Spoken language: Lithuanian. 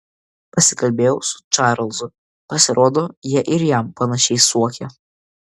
pasikalbėjau su čarlzu pasirodo jie ir jam panašiai suokia